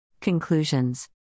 Conclusions